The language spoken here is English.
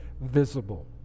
visible